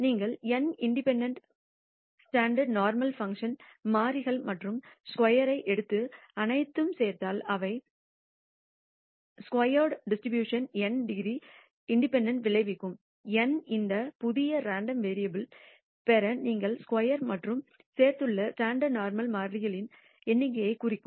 நீங்கள் n இண்டிபெண்டெண்ட்டானவை standard normal மாறிகள் மற்றும் ஸ்கொயர்ஐ எடுத்து அனைத்தையும் சேர்த்தால் அவை χ ஸ்கொயர் டிஸ்ட்ரிபியூஷன் n டிகிரி சுதந்திரத்துடன் விளைவிக்கும் n இந்த புதிய ரேண்டம் வேரியபுல்யைப் பெற நீங்கள் ஸ்கொயர் மற்றும் சேர்த்துள்ள ஸ்டாண்டர்ட் நோர்மல் மாறிகளின் எண்ணிக்கையைக் குறிக்கும்